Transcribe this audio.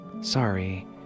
Sorry